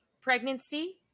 pregnancy